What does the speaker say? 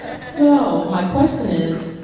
so my question is,